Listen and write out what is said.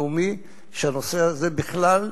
כי אתם עושים, תתבייש לך.